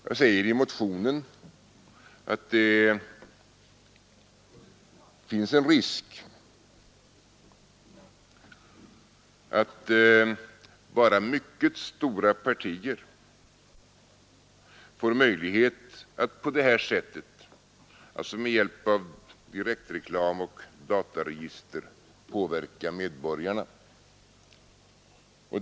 Jag säger i motionen att det finns en risk att bara mycket stora partier får möjlighet att på det här sättet — med hjälp av direktreklam och dataregister — påverka medborgarna.